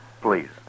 Please